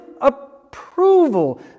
approval